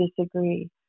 disagree